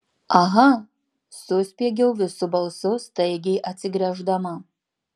aha suspiegiau visu balsu staigiai atsigręždama